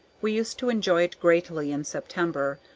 we used to enjoy it greatly in september,